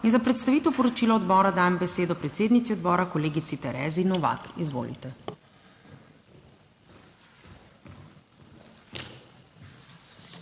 Za predstavitev poročila odbora dajem besedo predsednici odbora, kolegici Terezi Novak. Izvolite.